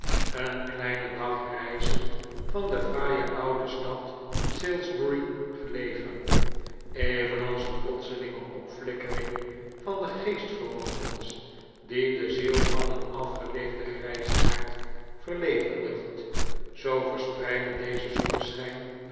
een kleinen dag reizen van de fraaie oude stad salisbury gelegen evenals een plotselinge opflikkering van de geestvermogens die de ziel van een afgeleefden grijsaard verlevendigt zoo verspreidde deze